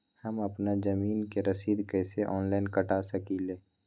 हम अपना जमीन के रसीद कईसे ऑनलाइन कटा सकिले?